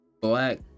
black